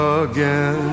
again